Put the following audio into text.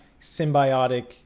symbiotic